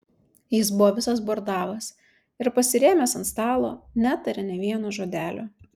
jis buvo visas bordavas ir pasirėmęs ant stalo netarė nė vieno žodelio